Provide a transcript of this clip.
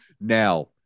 Now